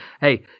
Hey